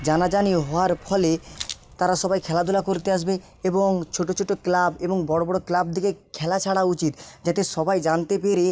জানা জানি হওয়ার ফলে তারা সবাই খেলাধুলা করতে আসবে এবং ছোটো ছোটো ক্লাব এবং বড়ো বড়ো ক্লাবদিকে খেলা ছাড়া উচিত যাতে সবাই জানতে পেরে